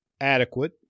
adequate